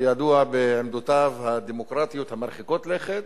הידוע בעמדותיו הדמוקרטיות ה"מרחיקות לכת".